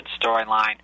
storyline